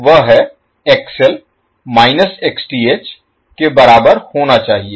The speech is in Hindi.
वह है XL माइनस Xth के बराबर होना चाहिए